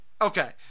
Okay